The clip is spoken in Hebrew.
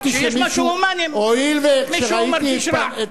כשיש משהו הומני, מישהו מרגיש רע.